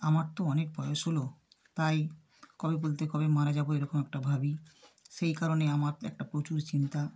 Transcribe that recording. আমার তো অনেক বয়স হলো তাই কবে বলতে কবে মারা যাবো এরকম একটা ভাবি সেই কারণে আমার একটা প্রচুর চিন্তা